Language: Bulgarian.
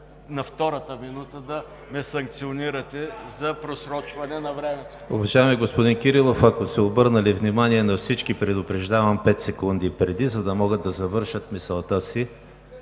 на втората минута да ме санкционирате за просрочване на времето.